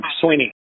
Sweeney